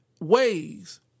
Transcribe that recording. ways